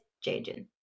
changing